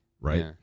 Right